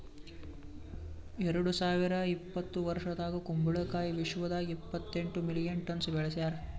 ಎರಡು ಸಾವಿರ ಇಪ್ಪತ್ತು ವರ್ಷದಾಗ್ ಕುಂಬಳ ಕಾಯಿ ವಿಶ್ವದಾಗ್ ಇಪ್ಪತ್ತೆಂಟು ಮಿಲಿಯನ್ ಟನ್ಸ್ ಬೆಳಸ್ಯಾರ್